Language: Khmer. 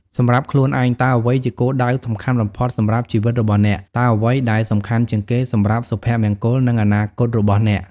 សម្រាប់ខ្លួនឯង តើអ្វីជាគោលដៅសំខាន់បំផុតសម្រាប់ជីវិតរបស់អ្នក? តើអ្វីដែលសំខាន់ជាងគេសម្រាប់សុភមង្គល និងអនាគតរបស់អ្នក?